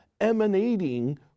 emanating